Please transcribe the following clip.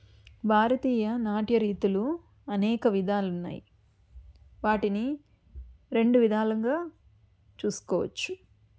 భారతీయ నాట్య రీతులు అనేక విధాలున్నాయి వాటిని రెండు విధాలుగా చూసుకోవొచ్చు